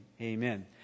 Amen